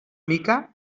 mica